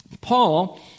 Paul